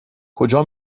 کجا